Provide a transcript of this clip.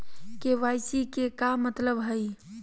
KYC के का मतलब हई?